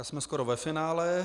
Jsme skoro ve finále.